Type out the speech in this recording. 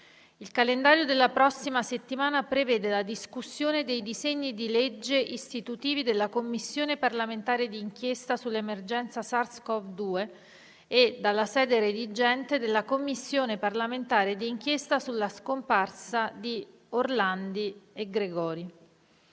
Il calendario della prossima settimana prevede la discussione dei disegni di legge istitutivi della Commissione parlamentare di inchiesta sull'emergenza SARS-CoV-2 e, dalla sede redigente, della Commissione parlamentare di inchiesta sulla scomparsa di Orlandi e Gregori.